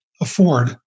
afford